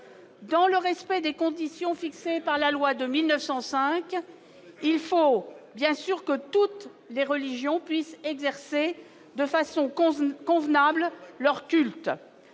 dans le respect des conditions fixées par la loi de 1905, il faut bien sûr que toutes les religions puissent exercer de façon constante convenable leur culte,